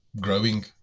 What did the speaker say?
growing